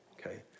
okay